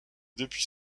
depuis